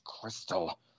crystal